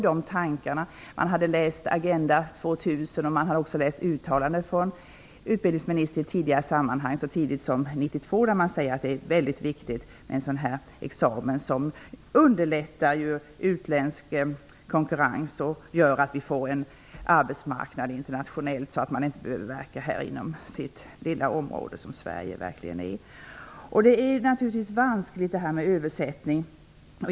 Man har läst Agenda 2000 och även uttalandet från utbildningsministern så tidigt som 1992 att det är viktigt med en sådan här examen, som gör det lättare att möta utländsk konkurrens och som gör att man kan gå ut på en internationell arbetsmarknad och inte behöver verka bara inom det lilla område som Sverige verkligen är. Det är vanskligt med översättningar.